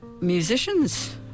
musicians